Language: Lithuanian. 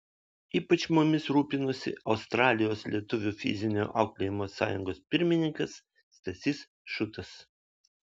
ypač mumis rūpinosi australijos lietuvių fizinio auklėjimo sąjungos pirmininkas stasys šutas